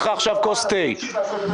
אני לא מצליח לנהל את זה אחרת.